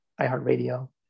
iHeartRadio